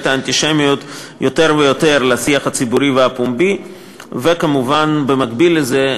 האנטישמיות יותר ויותר לשיח הציבורי והפומבי; במקביל לזה,